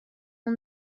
اون